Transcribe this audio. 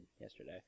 yesterday